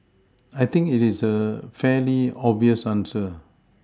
I think it is a fairly obvious answer